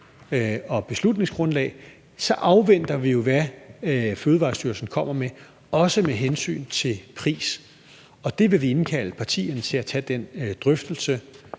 og beslutningsgrundlag så afventer vi jo, hvad Fødevarestyrelsen kommer med, også med hensyn til pris. Vi vil indkalde partierne til at tage den drøftelse,